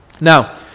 Now